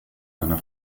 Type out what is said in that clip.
einer